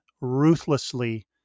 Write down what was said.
ruthlessly